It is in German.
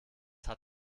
hat